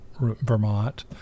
Vermont